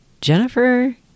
Jennifer